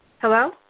Hello